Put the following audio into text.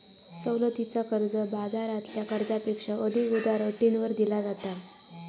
सवलतीचा कर्ज, बाजारातल्या कर्जापेक्षा अधिक उदार अटींवर दिला जाता